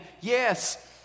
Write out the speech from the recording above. yes